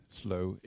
slow